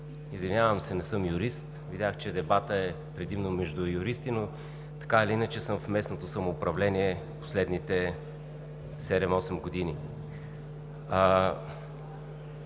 Извинявам се, не съм юрист. Видях, че дебатът е предимно между юристи, но така или иначе съм в местното самоуправление в последните седем